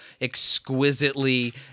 exquisitely